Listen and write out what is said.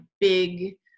big